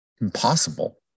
impossible